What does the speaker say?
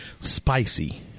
spicy